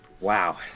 Wow